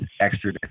extra